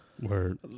Word